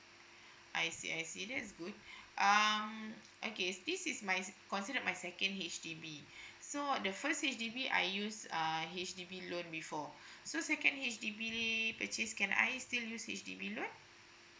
I see I see that's good um okay is this is my considered my second H_D_B so the first H_D_B I use err H_D_B loan before so second H_D_B purchase can I still use H_D_B loan